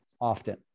often